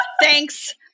Thanks